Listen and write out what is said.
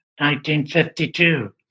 1952